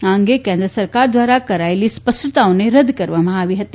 આ અંગે કેન્દ્ર સરકાર દ્વારા કરોયેલી સ્પષ્ટતાઓને રદ કરવામાં આવી હતી